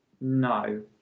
no